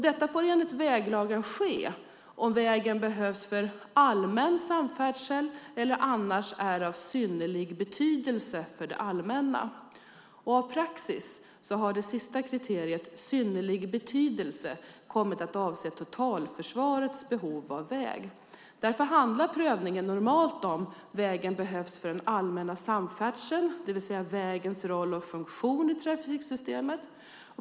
Detta får enligt väglagen ske om vägen behövs för allmän samfärdsel eller annars är av synnerlig betydelse för det allmänna. Av praxis har det sista kriteriet, "synnerlig betydelse", kommit att avse totalförsvarets behov av väg. Därför handlar prövningen normalt om vägen behövs för den allmänna samfärdseln, det vill säga vägens roll och funktion i trafiksystemet.